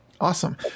Awesome